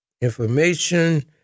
information